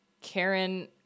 Karen